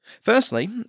Firstly